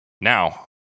Now